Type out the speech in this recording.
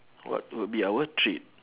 what would be our [what] treat